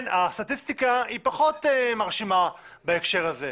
הסטטיסטיקה היא פחות מרשימה בהקשר הזה.